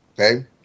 okay